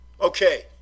Okay